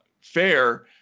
fair